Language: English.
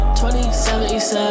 2077